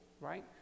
right